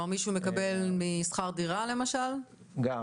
אם מישהו מקבל הכנסה משכר דירה למשל, לא מקזזים?